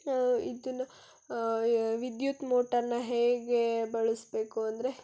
ಇದನ್ನ ವಿದ್ಯುತ್ ಮೋಟಾರ್ನ ಹೇಗೆ ಬಳಸಬೇಕು ಅಂದರೆ